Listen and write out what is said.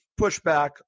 pushback